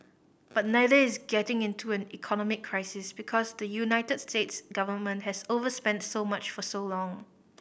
but neither is getting into an economic crisis because the United States government has overspent so much for so long